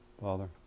Father